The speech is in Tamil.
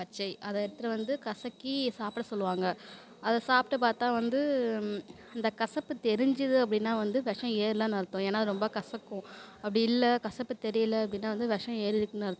பச்சை அதை எடுத்துகிட்டு வந்து கசக்கி சாப்பிட சொல்லுவாங்க அதை சாப்பிட்டு பார்த்தா வந்து அந்த கசப்பு தெரிஞ்சுது அப்படின்னா வந்து விஷம் ஏறலைன்னு அர்த்தம் ஏனால் அது ரொம்ப கசக்கும் அப்படி இல்லை கசப்பு தெரியிலை அப்படின்னா வந்து விஷம் ஏறிருக்குன்னு அர்த்தம்